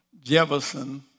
Jefferson